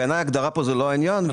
בעיניי, ההגדרה פה היא לא העניין.